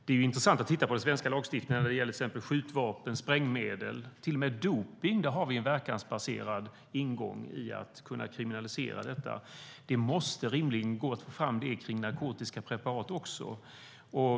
Det är intressant att titta på den svenska lagstiftningen när det gäller exempelvis skjutvapen, sprängmedel och till och med dopning. Där har vi en verkansbaserad ingång i fråga om att kunna kriminalisera detta. Det måste rimligen gå att få fram det också kring narkotiska preparat.